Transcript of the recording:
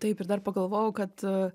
taip ir dar pagalvojau kad